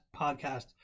podcast